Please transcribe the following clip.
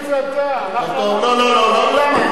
לא, לא, לא.